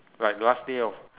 like last day of